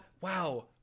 wow